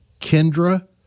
Kendra